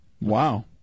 Wow